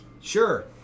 Sure